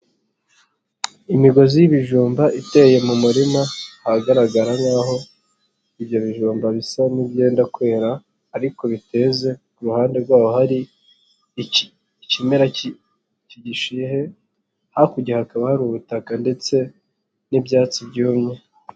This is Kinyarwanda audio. Imigozi y'ibijumba iteye mu murima ahagaragara nkaho ibyo bijumba bisa n'ibyenda kwera ariko biteze ruhande rwaho hari ikimera k'igishihe hakurya hakaba hari ubutaka ndetse n'ibyatsi byumye.